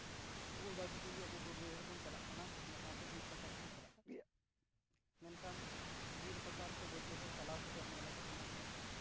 ᱚᱱᱟ ᱠᱷᱟᱹᱛᱤᱨ ᱜᱮ ᱟᱵᱚ ᱵᱟᱹᱫ ᱵᱟᱹᱭᱦᱟᱹᱲ ᱵᱚᱱ ᱪᱟᱞᱟᱜ ᱠᱟᱱᱟ ᱚᱱᱟ ᱥᱟᱶᱛᱮ ᱵᱤᱨ ᱯᱟᱠᱟᱲ ᱦᱚᱸᱵᱚᱱ ᱪᱟᱞᱟᱜ ᱠᱟᱱ ᱜᱮᱭᱟ ᱢᱮᱱᱠᱷᱟᱱ ᱵᱤᱨ ᱯᱟᱠᱟᱲ ᱥᱮ ᱵᱟᱹᱫ ᱵᱟᱹᱭᱦᱟᱹᱲ ᱪᱟᱞᱟᱣ ᱠᱟᱛᱮᱫ ᱧᱮᱞᱚᱜᱚᱜ ᱠᱟᱱᱟ